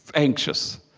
anxious